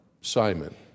Simon